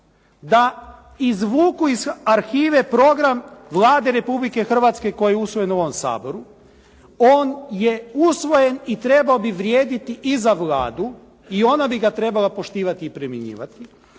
da izvuku iz arhive program Vlade Republike Hrvatske koji je usvojen u ovom Saboru. On je usvojen i trebao bi vrijediti i za Vladu i ona bi ga trebala poštivati i primjenjivati